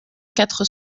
quatre